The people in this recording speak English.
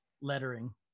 lettering